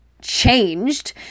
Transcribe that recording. changed